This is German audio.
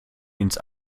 ins